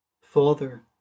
Father